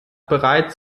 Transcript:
bereits